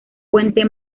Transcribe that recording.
puente